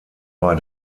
bei